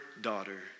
daughter